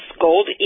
Gold